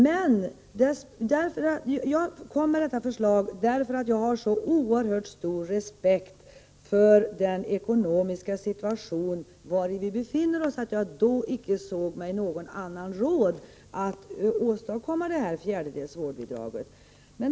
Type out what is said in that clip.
Jag väckte detta förslag därför att jag har så oerhört stor respekt för den ekonomiska situation som vi befinner oss i att jag då icke såg någon annan råd att åstadkomma detta fjärdedels vårdbidrag.